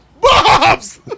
Bobs